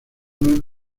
man